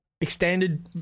extended